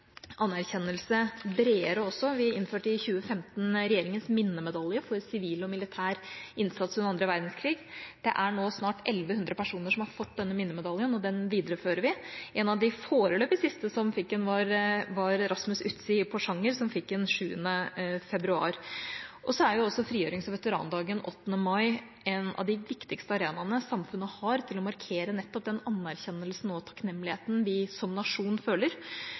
anerkjennelse bredere også. Vi innførte i 2015 regjeringas minnemedalje for sivil og militær innsats under annen verdenskrig. Det er nå snart 1 100 personer som har fått denne minnemedaljen, og den viderefører vi. En av de foreløpig siste som fikk den, var Rasmus Utsi i Porsanger, som fikk den 7. februar. Så er også frigjørings- og veterandagen 8. mai en av de viktigste arenaene samfunnet har for å markere nettopp den anerkjennelsen og takknemligheten vi som nasjon føler,